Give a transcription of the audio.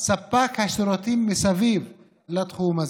וספקי השירותים מסביב לתחום הזה.